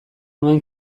nuen